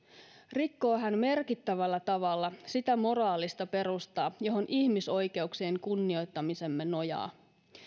rikkoo hän merkittävällä tavalla sitä moraalista perustaa johon ihmisoikeuksien kunnioittamisemme nojaa